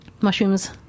mushrooms